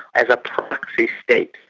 as a proxy state.